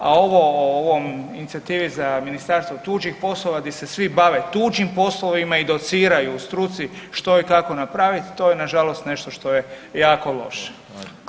A ovo o ovom inicijativi za ministarstvo tuđih poslova gdje se svi bave tuđim poslovima i dociraju struci što i kako napraviti to je nažalost nešto što je jako loše.